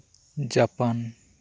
Japan